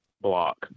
block